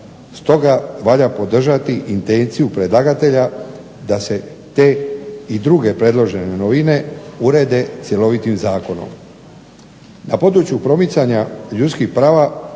Stoga valja podržati intenciju predlagatelja da se te i druge predložene novine urede cjelovitim zakonom. Na području promicanja ljudskih prava